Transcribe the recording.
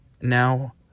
now